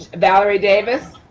valerie davis?